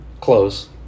Close